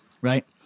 right